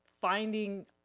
finding